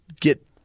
get